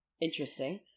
Interesting